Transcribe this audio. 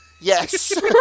Yes